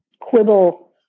quibble